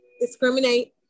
discriminate